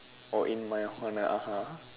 oh in my honor (uh huh)